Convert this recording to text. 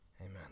Amen